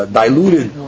diluted